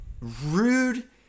rude